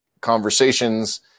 conversations